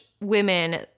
women